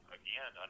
again